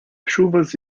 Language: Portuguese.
chuvas